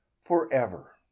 forever